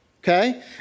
Okay